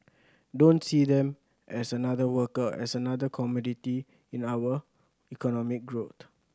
don't see them as another worker as another commodity in our economic growth